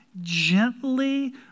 gently